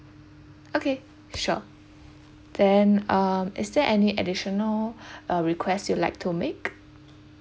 okay sure then um is there any additional uh request you like to make